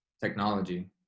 technology